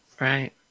Right